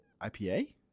IPA